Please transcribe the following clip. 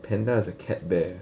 panda is a cat bear